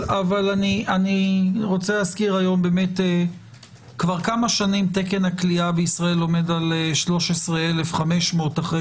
אני מזכיר - כבר כמה שנים תקן הכליאה בישראל עומד על 13,500 אחרי